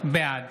בעד